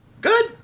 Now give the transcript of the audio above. Good